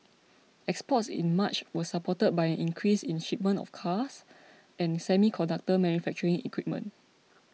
exports in March was supported by an increase in shipments of cars and semiconductor manufacturing equipment